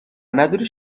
نداری